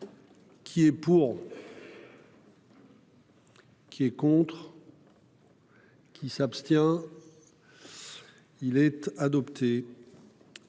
qui est pour.-- Qui est contre qui s'abstient. Il est adopté.